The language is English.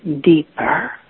deeper